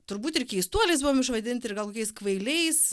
turbūt ir keistuoliais buvom išvadinti ir gal kokiais kvailiais